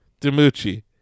DiMucci